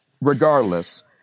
regardless